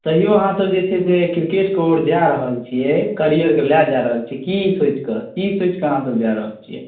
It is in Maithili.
तैओ अहाँसब जे छै से किरकेटके ओर जा रहल छिए कैरियरके लऽ जा रहल छिए सोचिके की सोचिके अहाँसब जा रहल छिए